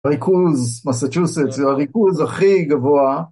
ריכוז מסאצ'וסטס זה הריכוז הכי גבוה